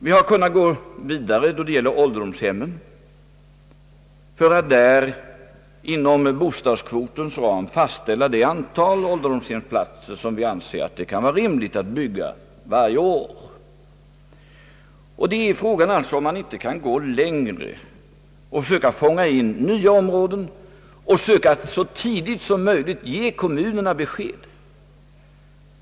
Vi har kunnat gå vidare då det gäller ålderdomshemmen för att där inom bostadskvotens ram fastställa det antal ålderdomshemsplatser som vi anser att det kan vara rimligt att bygga varje år. Fråga är om man inte kan gå ännu längre och försöka fånga in nya områden och göra detta så tidigt som möjligt för att kunnat lämna kommunerna besked.